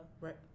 Right